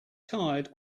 tired